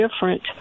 different